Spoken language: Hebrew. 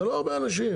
זה לא הרבה אנשים.